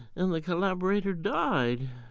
and the collaborator died,